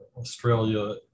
Australia